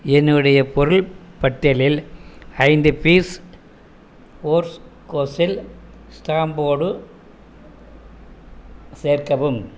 என்னுடைய பொருள் பட்டியலில் ஐந்து பீஸ் ஓர்ஸ் கோசில் ஸ்டாம்ப் போடு சேர்க்கவும்